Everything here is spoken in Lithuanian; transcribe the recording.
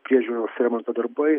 priežiūros remonto darbai